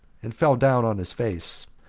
and fell down on his face,